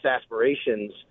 aspirations